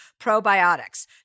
probiotics